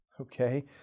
Okay